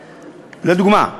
לדוגמה: